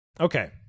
Okay